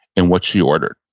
and what she ordered.